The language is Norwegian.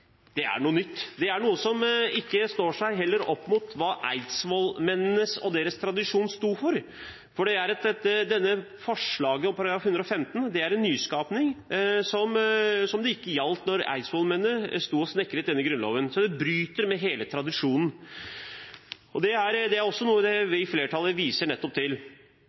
er noe nytt. Det er noe som heller ikke står seg opp mot hva eidsvollsmennene og deres tradisjon sto for, for dette forslaget om § 115 er en nyskaping som ikke gjaldt da eidsvollsmennene sto og snekret Grunnloven. Så det bryter med hele tradisjonen. Det er også noe vi i flertallet viser til. Den norske grunnloven har vist seg historisk å være veldig slitesterk. Det skyldes at det er kortfattede og klare formuleringer knyttet til